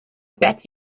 bet